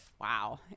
Wow